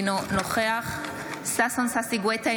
אינו נוכח ששון ששי גואטה,